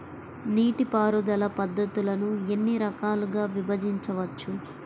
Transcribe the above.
నీటిపారుదల పద్ధతులను ఎన్ని రకాలుగా విభజించవచ్చు?